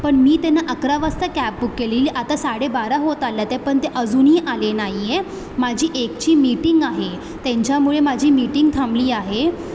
पण मी त्यांना अकरा वाजता कॅब बुक केलेली आता साडेबारा होत आल्याते पण ते अजून्ही आले नाही आहेत माझी एकची मीटिंग आहे त्यांच्यामुळे माझी मीटिंग थांबली आहे